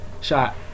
shot